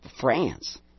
France